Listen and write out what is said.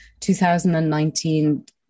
2019